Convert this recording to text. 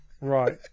Right